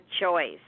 choice